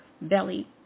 belly